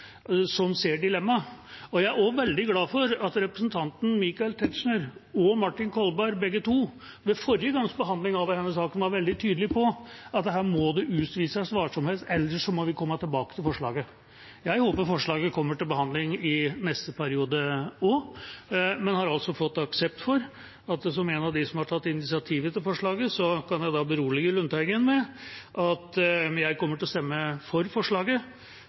som ser dilemmaet, og jeg er også veldig glad for at representantene Michael Tetzschner og Martin Kolberg – begge to – ved forrige gangs behandling av denne saken var veldig tydelig på at her må det utvises varsomhet, ellers må vi komme tilbake til forslaget. Jeg håper forslaget kommer til behandling i neste periode også, men har altså fått aksept for – som en av dem som har tatt initiativet til forslaget – og kan berolige Lundteigen med, at jeg kommer til å stemme for forslaget.